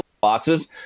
boxes